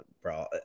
bro